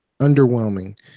underwhelming